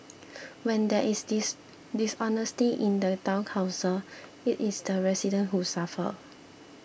when there is this dishonesty in the Town Council it is the resident who suffer